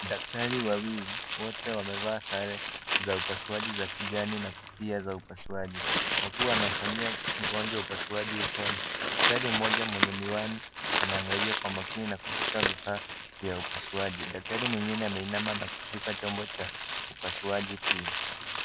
Daktari wawili, wote wamevaa sare za upasuaji za kijani na kofia za upasuaji wakiwa wanamfanyia mgonjwa upasuaji usoni. Daktari mmoja mwenye miwani anaangalia kwa makini na kushika vifaa vya upasuaji. Daktari mwingine ameinama na kushika chombo cha upasuaji pia.